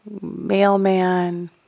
mailman